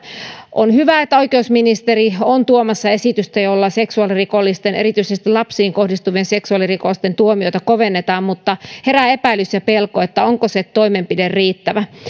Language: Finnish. on hyvä että oikeusministeri on tuomassa esitystä jolla seksuaalirikollisten erityisesti lapsiin kohdistuvien seksuaalirikosten tekijöiden tuomioita kovennetaan mutta herää epäilys ja pelko onko se toimenpide riittävä